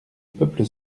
peuple